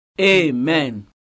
Amen